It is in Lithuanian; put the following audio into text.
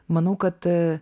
manau kad